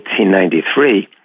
1893